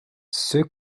ceux